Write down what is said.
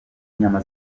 inyama